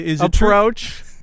Approach